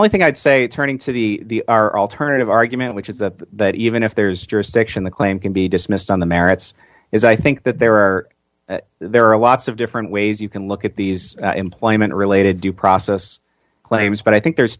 only thing i'd say turning to the are alternative argument which is that even if there's jurisdiction the claim can be dismissed on the merits as i think that there are there are lots of different ways you can look at these employment related due process claims but i think there's